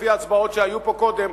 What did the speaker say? לפי ההצבעות שהיו פה קודם,